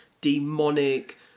demonic